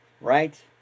right